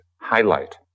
highlight